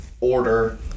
order